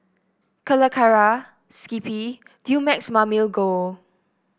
Calacara Skippy Dumex Mamil Gold